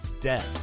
dead